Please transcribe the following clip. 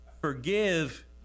forgive